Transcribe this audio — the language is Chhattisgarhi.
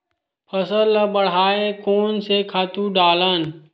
फसल ल बढ़ाय कोन से खातु डालन?